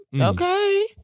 okay